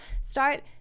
start